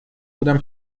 بودم